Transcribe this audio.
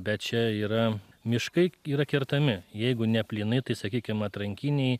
bet čia yra miškai yra kertami jeigu ne plynai tai sakykim atrankiniai